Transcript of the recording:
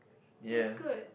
that's good